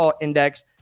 index